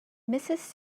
mrs